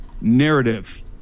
narrative